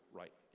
right